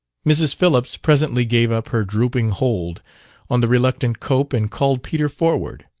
mrs. phillips presently gave up her drooping hold on the reluctant cope and called peter forward.